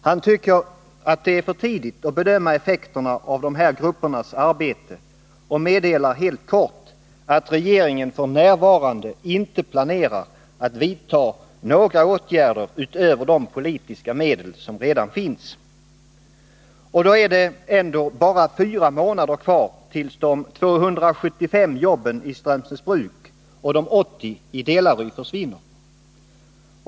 Han tycker det är för tidigt att bedöma effekterna av dessa gruppers arbete och meddelar helt kort att regeringen f. n. inte planerar att vidta några åtgärder utöver de politiska medel som redan finns. Och då är det ändå bara fyra månader kvar tills de 275 jobben i Strömsnäsbruk och de 80 i Delary försvinner!